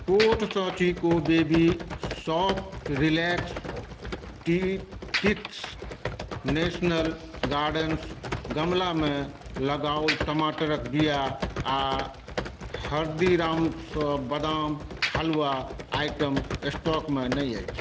कोर्टसँ Chicco baby soft relax teeths national gardens गमलामे लगाओल टमाटरक बीआ आ हल्दीराम स बदाम हलवा आइटम स्टॉकमे नहि अछि